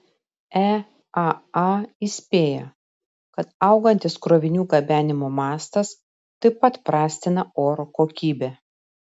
eaa įspėja kad augantis krovinių gabenimo mastas taip pat prastina oro kokybę